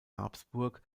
habsburg